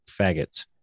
faggots